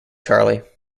charlie